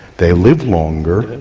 they live longer,